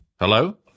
Hello